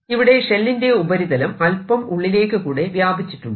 ഇവിടെ ഷെല്ലിന്റെ ഉപരിതലം അല്പം ഉള്ളിലേക്ക് കൂടെ വ്യാപിച്ചിട്ടുണ്ട്